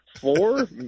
four